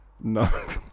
No